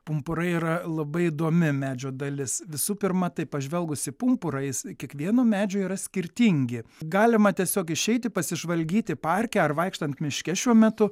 pumpurai yra labai įdomi medžio dalis visų pirma tai pažvelgus į pumpurą jis kiekvieno medžio yra skirtingi galima tiesiog išeiti pasižvalgyti parke ar vaikštant miške šiuo metu